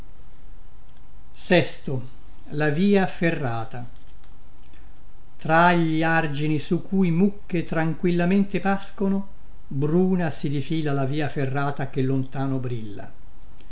ha fortuna tra gli argini su cui mucche tranquillamente pascono bruna si difila la via ferrata che lontano brilla